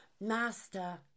Master